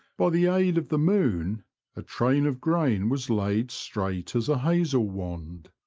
by the aid of the moon a train of grain was laid straight as a hazel wand.